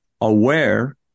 aware